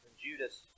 Judas